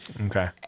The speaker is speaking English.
Okay